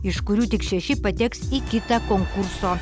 iš kurių tik šeši pateks į kitą konkurso